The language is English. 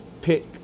pick